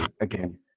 again